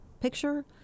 picture